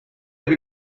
jääb